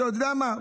אתה יודע מה?